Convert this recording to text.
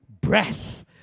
Breath